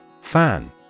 Fan